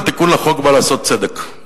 התיקון לחוק בא לעשות צדק,